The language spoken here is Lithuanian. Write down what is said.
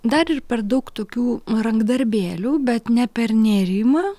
dar ir per daug tokių rankdarbėlių bet ne per nėrimą